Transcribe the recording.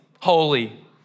holy